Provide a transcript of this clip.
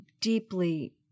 deeply